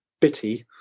bitty